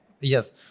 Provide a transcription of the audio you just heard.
Yes